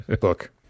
book